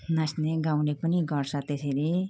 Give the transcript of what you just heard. नाच्ने गाउने पनि गर्छ त्यसरी